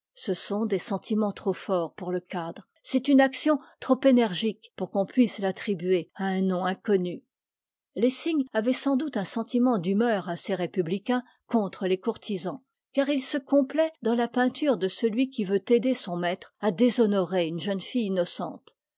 ce sont des sentiments trop forts pour le cadre c'est une action trop énergique pour qu'on puisse l'attribuer à un nom inconnu lessing avait sans doute un sentiment d'humeur assez républicain contre les courtisans car il se complaît dans la peinture de celui qui veut aider son maître à déshonorer une jeune fille innocente